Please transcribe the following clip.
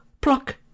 pluck